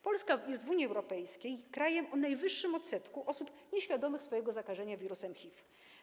Polska jest w Unii Europejskiej krajem o najwyższym odsetku osób nieświadomych bycia zakażonymi wirusem HIV.